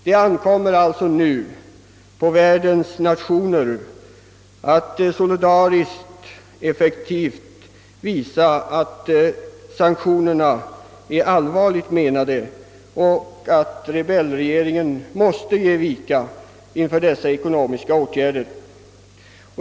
Det ankommer därför på världens nationer att solidariskt och effektivt visa att sanktionerna är allvarligt menade och att rebellregeringen måste ge vika inför dessa ekonomiska åtgärder.